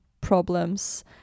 problems